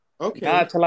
Okay